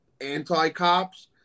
anti-cops